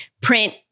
print